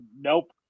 nope